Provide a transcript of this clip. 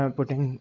putting